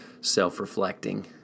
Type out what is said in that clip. self-reflecting